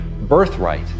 birthright